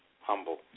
Humble